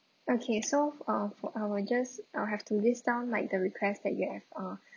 okay so uh for I'll just uh have to list down like the request that you have uh